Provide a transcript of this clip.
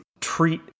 treat